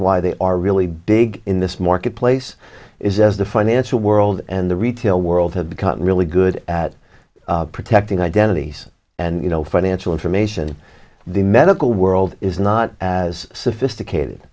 why they are really big in this marketplace is as the financial world and the retail world have become really good at protecting identities and you know financial information the medical world is not as sophisticated